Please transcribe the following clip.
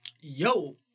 Yo